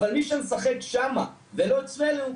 אבל מי שמשחק שם ולא אצלנו,